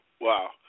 Wow